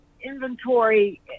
inventory